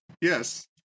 Yes